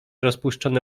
rozpuszczone